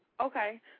Okay